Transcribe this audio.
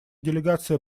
делегация